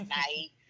night